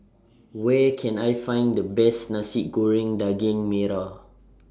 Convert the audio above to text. Where Can I Find The Best Nasi Goreng Daging Merah